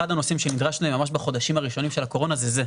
אחד הנושאים שנדרשנו להם ממש בחודשים הראשונים של הקורונה זה זה,